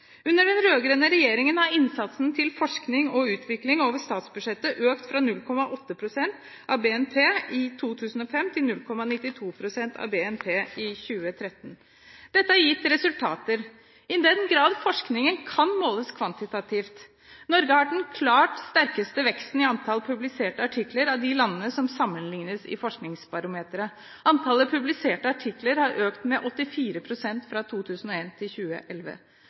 Under den rød-grønne regjeringen har innsatsen til forskning og utvikling over statsbudsjettet økt fra 0,8 pst. av BNP i 2005 til 0,92 pst. av BNP i 2013. Dette har gitt resultater, i den grad forskningen kan måles kvantitativt. Av de landene som sammenlignes i forskningsbarometeret, har Norge hatt den klart sterkeste veksten i antall publiserte artikler. Antallet publiserte artikler har økt med 84 pst. fra 2001 til 2011.